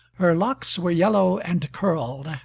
her locks were yellow and curled,